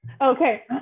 okay